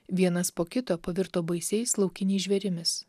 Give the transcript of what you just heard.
vienas po kito pavirto baisiais laukiniais žvėrimis